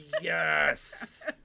yes